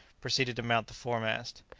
proceeded to mount the foremast.